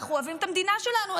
אנחנו אוהבים את המדינה שלנו,